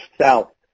south